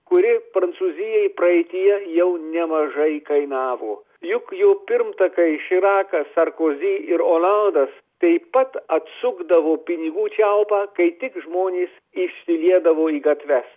kuri prancūzijai praeityje jau nemažai kainavo juk jo pirmtakai širakas sarkozy ir olandas taip pat atsukdavo pinigų čiaupą kai tik žmonės išsiliedavo į gatves